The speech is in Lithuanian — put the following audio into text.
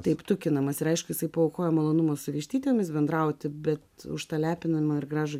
taip tukinamasi ir aišku jisai paaukoja malonumą su vištytėmis bendrauti bet už tą lepinimą ir gražų